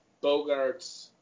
Bogart's